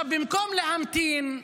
במקום להמתין,